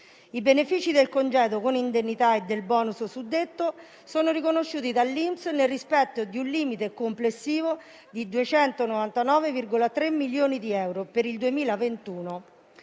I benefici del congedo con indennità e del *bonus* suddetto sono riconosciuti dall'INPS nel rispetto di un limite complessivo di 299,3 milioni di euro per il 2021.